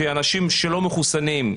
שאנשים שלא מחוסנים,